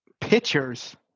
pictures